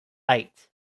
eight